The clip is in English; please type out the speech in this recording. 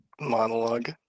monologue